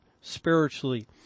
spiritually